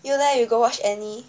you leh you got watch any